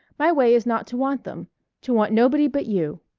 my way is not to want them to want nobody but you.